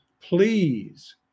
please